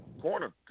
corner